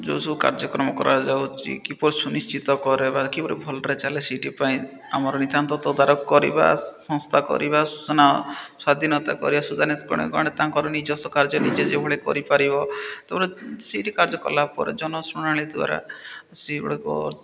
ଯେଉଁ ସବୁ କାର୍ଯ୍ୟକ୍ରମ କରାଯାଉଛି କିପରି ସୁନିଶ୍ଚିତ କରାଇବା କିପରି ଭଲରେ ଚାଲେ ସେଇଥି ପାଇଁ ଆମର ନିିତାନ୍ତ ତଦାରଖ କରିବା ସଂସ୍ଥା କରିବା ସୂଚନା ସ୍ୱାଧୀନତା କରିବା ତାଙ୍କର ନିଜସ କାର୍ଯ୍ୟ ନିଜେ ଯୋଭଳି କରିପାରିବ ତାପରେ ସେଇଠି କାର୍ଯ୍ୟ କଲାପରେ ଜନଶୁଣାଳୀ ଦ୍ୱାରା ସେଇଭଳିକ